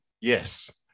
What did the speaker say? Yes